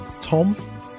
Tom